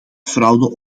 fraude